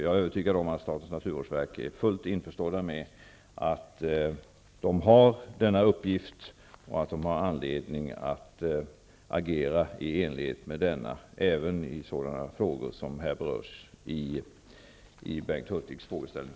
Jag är övertygad om att statens naturvårdsverk är fullt införstått med att det har denna uppgift och att det har anledning att agera i enlighet med denna, även när det gäller sådant som berörs i Bengt Hurtigs frågeställning.